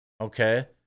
Okay